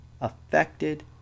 affected